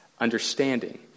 understanding